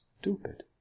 stupid